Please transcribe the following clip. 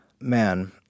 man